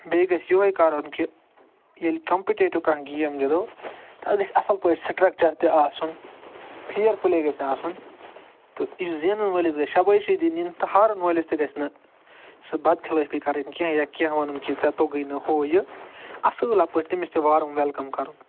بیٚیہِ گَژھِ یِہوٚے کَرُن کہِ ییٚلہِ کمپٕٹیٹِو کانٛہہ گیم گِنٛدو تَتھ گَژھِ اصٕل پٲٹھۍ سٕٹرٛکچَر تہِ آسُن فِیَر پٕلے گَژھِ آسُن تہٕ یُس زینَن وٲلِس گَژھِ شبٲشی دِنۍ یِنہٕ تہٕ ہارَن وٲلِس تہِ گَژھِ نہٕ سُہ بدخِلٲفی کَرٕنۍ کیٚنٛہہ یا کیٚنٛہہ وَنُن کہِ ژےٚ توٚگٕے نہٕ ہُہ یہِ اصٕل پٲٹھۍ تٔمِس تہِ وارٕم وٮ۪لکم کَرُن